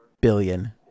billion